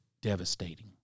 devastating